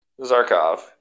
Zarkov